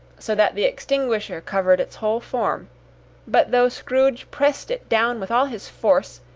so that the extinguisher covered its whole form but though scrooge pressed it down with all his force,